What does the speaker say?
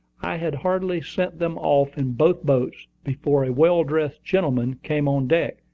i had hardly sent them off in both boats, before a well-dressed gentleman came on deck,